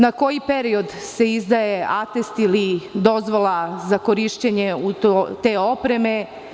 Na koji period se izdaje atest ili dozvola za korišćenje te opreme?